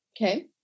Okay